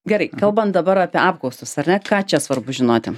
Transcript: gerai kalbant dabar apie apklaustus ar ne ką čia svarbu žinoti